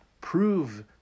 prove